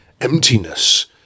emptiness